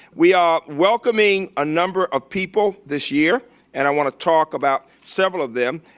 we are welcoming a number of people this year and i want to talk about several of them.